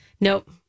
Nope